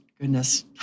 goodness